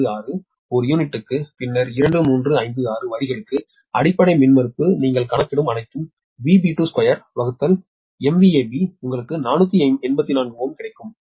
2256 ஒரு யூனிட்டுக்கு பின்னர் 2 3 5 6 வரிகளுக்கு அடிப்படை மின்மறுப்பு நீங்கள் கணக்கிடும் அனைத்தும் 2B உங்களுக்கு 484 Ω கிடைக்கும்